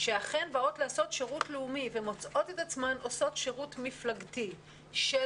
שאכן באות לעשות שירות לאומי ומוצאות הן עצמן עושות שירות מפלגתי של